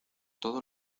todo